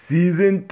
Season